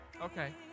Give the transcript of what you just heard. Okay